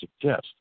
suggest